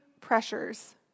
pressures